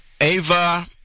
Ava